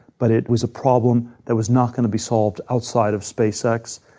but it was a problem that was not going to be solved outside of space x.